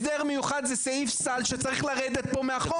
הסדר מיוחד זה סעיף סל שצריך לרדת פה מהחוק.